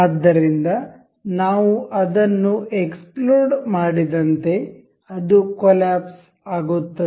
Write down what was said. ಆದ್ದರಿಂದ ನಾವು ಅದನ್ನು ಎಕ್ಸ್ಪ್ಲೋಡ್ ಮಾಡಿದಂತೆ ಅದು ಕೊಲ್ಯಾಪ್ಸ್ ಆಗುತ್ತದೆ